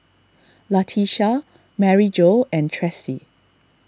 Latesha Maryjo and Tressie